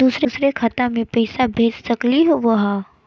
दुसरे खाता मैं पैसा भेज सकलीवह?